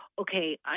okay